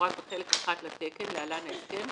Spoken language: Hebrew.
המפורט בחלק I לתקן (להלן, ההסכם),